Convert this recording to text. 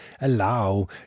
allow